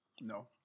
No